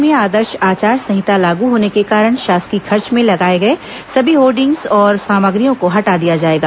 प्रदेश में आदर्श आचार संहिता लागू होने के कारण शासकीय खर्च में लगाए गए सभी होर्डिंग्स और सामग्रियों को हटा दिया जाएगा